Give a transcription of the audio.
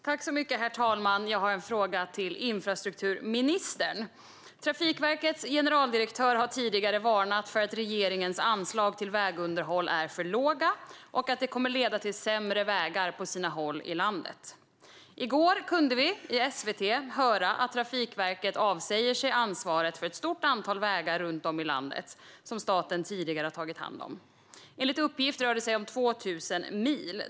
Herr talman! Jag har en fråga till infrastrukturministern. Trafikverkets generaldirektör har tidigare varnat för att regeringens anslag till vägunderhåll är för låga och att det kommer att leda till sämre vägar på sina håll i landet. I går kunde vi i SVT höra att Trafikverket avsäger sig ansvaret för ett stort antal vägar runt om i landet som staten tidigare har tagit hand om. Enligt uppgift rör det sig om 2 000 mil.